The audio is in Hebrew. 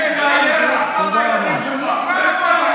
תתגייס אתה והילדים שלך.